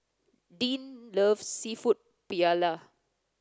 Dean loves Seafood Paella